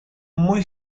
muy